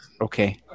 Okay